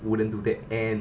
wouldn't do that and